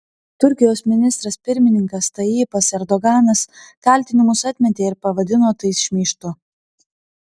turkijos ministras pirmininkas tayyipas erdoganas kaltinimus atmetė ir pavadino tai šmeižtu